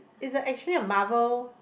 it's a actually Marvel